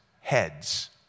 heads